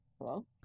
Hello